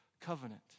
covenant